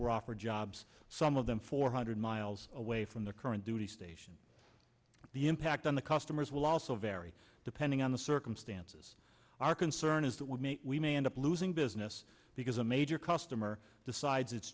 were offered jobs some of them four hundred miles away from the current duty station the impact on the customers will also vary depending on the circumstances our concern is that would make we may end up losing business because a major customer decides it's